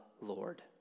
Lord